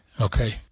Okay